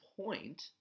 point